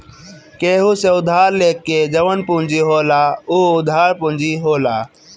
केहू से उधार लेके जवन पूंजी होला उ उधार पूंजी होला